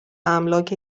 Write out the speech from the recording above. املاک